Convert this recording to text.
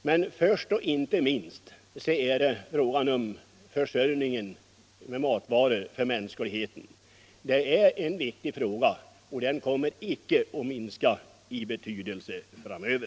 Men först och sist är det fråga om mänsklighetens försörjning med mat. Det är en viktig fråga, och den kommer inte att minska i betydelse framöver.